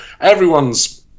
Everyone's